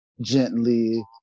gently